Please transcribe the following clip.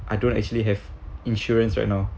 I don't actually have insurance right now